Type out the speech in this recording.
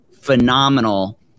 phenomenal